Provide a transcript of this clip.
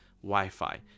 Wi-Fi